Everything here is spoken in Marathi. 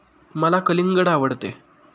मला कलिंगड आवडते